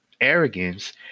arrogance